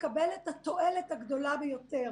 תקבל את התועלת הגדולה ביותר.